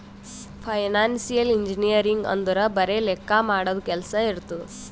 financial engineering ಅಂದುರ್ ಬರೆ ಲೆಕ್ಕಾ ಮಾಡದು ಕೆಲ್ಸಾ ಇರ್ತುದ್